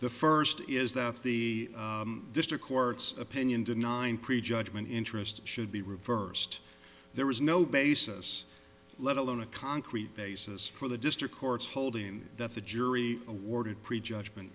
the first is that the district court's opinion did nine pre judgment interest should be reversed there was no basis let alone a concrete basis for the district court's holding that the jury awarded pre judgment